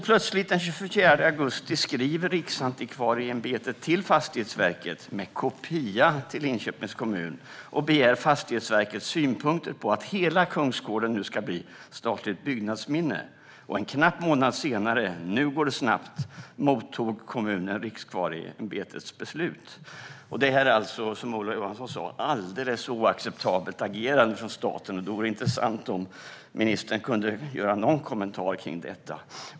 Plötsligt, den 24 augusti, skrev Riksantikvarieämbetet till Fastighetsverket, med kopia till Linköpings kommun, och begärde Fastighetsverkets synpunkter på att hela kungsgården skulle bli ett statligt byggnadsminne. En knapp månad senare - då gick det snabbt - mottog kommunen Riksantikvarieämbetets beslut. Som Ola Johansson sa är detta agerande från staten alldeles oacceptabelt. Det vore intressant om ministern kunde ge en kommentar till detta.